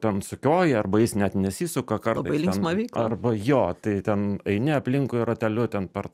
ten sukioji arba jis net nesisuka kartais ten arba jo tai ten eini aplinkui rateliu ten per